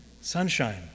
Sunshine